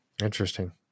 Interesting